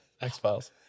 X-Files